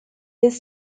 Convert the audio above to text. his